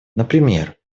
например